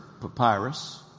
papyrus